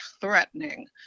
threatening